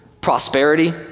Prosperity